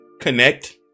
connect